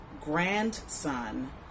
grandson